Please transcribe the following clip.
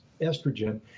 estrogen